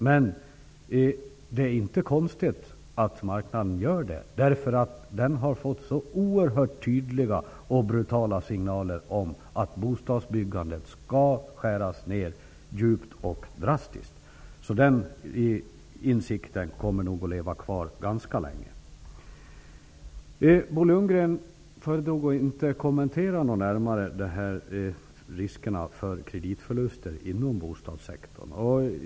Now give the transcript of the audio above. Men det är inte konstigt att marknaden gör det, därför att den har fått så oerhört tydliga och brutala signaler om att bostadsbyggandet skall skäras ner djupt och drastiskt. Den insikten kommer nog att leva kvar ganska länge. Bo Lundgren föredrog att inte närmare kommentera riskerna för kreditförluster inom bostadssektorn.